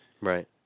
Right